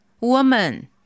Woman